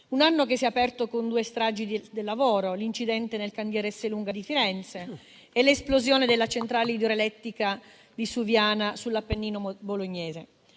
Un anno che si è aperto con due stragi del lavoro, l'incidente nel cantiere Esselunga di Firenze e l'esplosione della centrale idroelettrica di Suviana sull'Appennino bolognese.